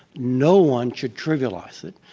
no one should trivialize it,